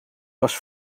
was